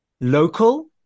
local